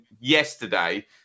yesterday